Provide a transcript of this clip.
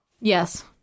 Yes